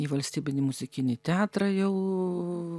į valstybinį muzikinį teatrą jau